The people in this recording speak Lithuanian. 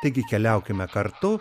taigi keliaukime kartu